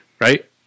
right